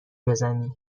بزنی